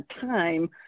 time